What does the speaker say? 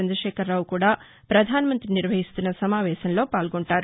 చంద్రశేఖరరావు కూడా ప్రధానమంతి నిర్వహిస్తున్న సమావేశంలో పాల్గొంటారు